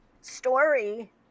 story